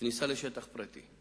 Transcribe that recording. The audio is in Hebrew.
כניסה לשטח פרטי.